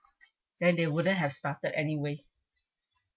then they wouldn't have started anyway